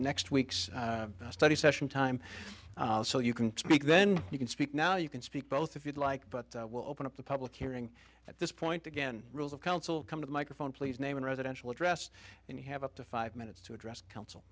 next week's study session time so you can speak then you can speak now you can speak both if you'd like but we'll open up the public hearing at this point again rules of counsel come to the microphone please name a residential address and you have up to five minutes to address counsel